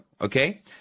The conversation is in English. okay